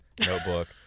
notebook